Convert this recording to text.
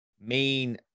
main